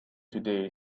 today